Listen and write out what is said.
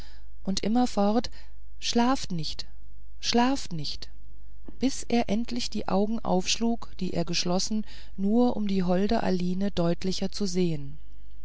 und immerfort schlaft nicht schlaft nicht bis er endlich die augen aufschlug die er geschlossen nur um die holde aline deutlicher zu sehen